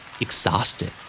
Exhausted